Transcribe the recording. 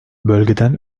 bölgeden